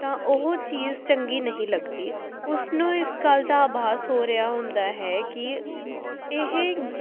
ਤਾਂ ਉਹ ਚੀਜ਼ ਚੰਗੀ ਨਹੀਂ ਲੱਗਦੀ ਉਸਨੂੰ ਇਸ ਗੱਲ ਦਾ ਆਭਾਸ ਹੋ ਰਿਹਾ ਹੁੰਦਾ ਹੈ ਕਿ ਇਹ